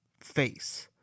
face